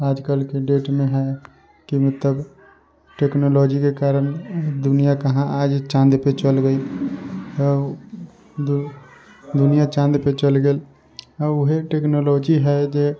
आजकल के डेटमे हय कि मतलब टेक्नोलॉजीके कारण दुनिआ के कहाँ आज चाँद पे चल गेल तऽ दू दुनिआ चाँद पे चल गेल आ उहे टेक्नोलॉजी हय जे